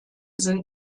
sind